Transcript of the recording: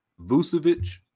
Vucevic